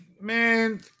man